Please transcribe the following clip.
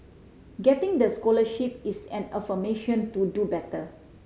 getting the scholarship is an affirmation to do better